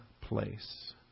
place